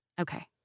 Okay